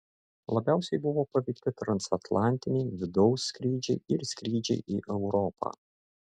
labiausiai buvo paveikti transatlantiniai vidaus skrydžiai ir skrydžiai į europą